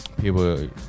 people